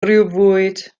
briwfwyd